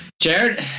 Jared